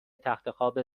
تختخواب